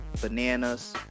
bananas